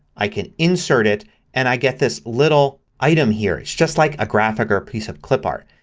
i could insert it and i get this little item here. it's just like a graphic or piece of clipart.